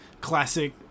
classic